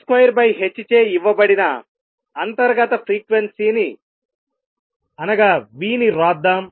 mc2h చే ఇవ్వబడిన అంతర్గత ఫ్రీక్వెన్సీ v ని వ్రాద్దాం